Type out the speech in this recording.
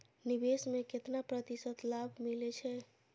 निवेश में केतना प्रतिशत लाभ मिले छै?